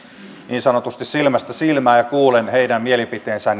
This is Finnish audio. niin sanotusti silmästä silmään ja kuulen heidän mielipiteensä